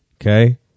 Okay